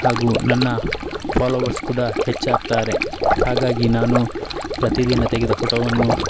ಹಾಗೂ ನನ್ನ ಫಾಲೋವರ್ಸ್ ಕೂಡ ಹೆಚ್ಚಾಗ್ತಾರೆ ಹಾಗಾಗಿ ನಾನು ಪ್ರತಿ ದಿನ ತೆಗೆದ ಫೊಟೊವನ್ನು